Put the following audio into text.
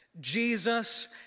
Jesus